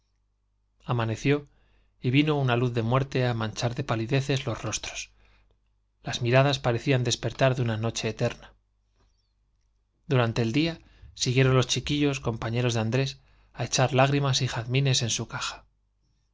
amaneció y vino una luz de m lerte á manchar de los rostros las miradas parecían despertar palideces de una noche eterna durante el día vinieron los chiquillos compañeros de andrés á echar lágrimas y jazmines en su caja